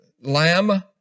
lamb